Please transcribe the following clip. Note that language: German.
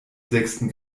sechsten